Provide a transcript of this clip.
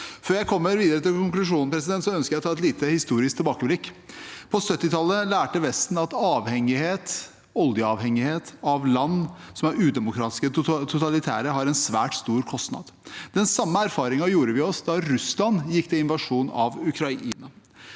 Før jeg kommer til konklusjonen, ønsker jeg å ta et lite, historisk tilbakeblikk. På 1970-tallet lærte Vesten at avhengighet – oljeavhengighet – av land som er udemokratiske eller totalitære, har en svært stor kostnad. Den samme erfaringen gjorde vi oss da Russland gikk til invasjon av Ukraina.